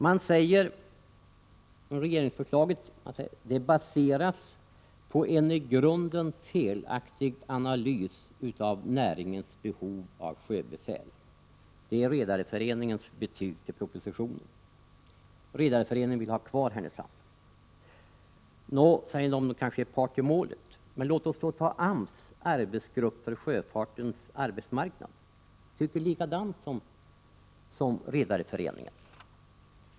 Man säger att regeringsförslaget baseras på en i grund felaktig analys av näringens behov av sjöbefäl. Det är Redareföreningens betyg av propositionen. Redareföreningen vill ha kvar utbildningen i Härnösand. Nå, man kanske kan säga att Redareföreningen är part i målet. Men låt oss då ta AMS arbetsgrupp för sjöfartens arbetsmarknad. Den tycker likadant som Redareföreningen.